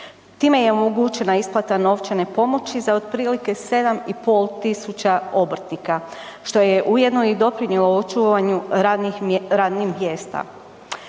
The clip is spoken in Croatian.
Time je omogućena isplata novčane pomoći za otprilike 7 i pol tisuća obrtnika, što je ujedno i doprinjelo očuvanju radnih mjesta.